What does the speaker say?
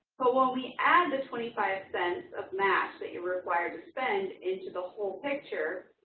but when we add the twenty five cents of match that you're required to spend into the whole picture,